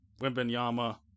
Wimbenyama